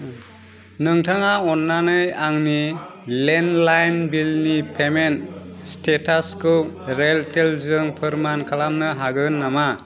नोंथाङा अन्नानै आंनि लेन्डलाइन बिल नि पेमेन्ट स्टेटास खौ रेलटेल जों फोरमान खालामनो हागोन नामा